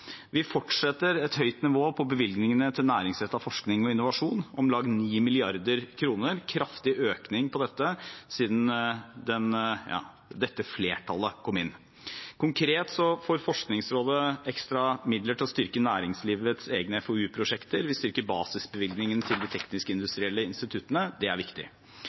Vi fortsetter å ha et høyt nivå på bevilgningene til næringsrettet forskning og innovasjon – om lag 9 mrd. kr, en kraftig økning av dette siden dette flertallet kom inn. Konkret får Forskningsrådet ekstra midler til å styrke næringslivets egne FoU-prosjekter, og vi styrker basisbevilgningen til de teknisk-industrielle instituttene. Det er viktig.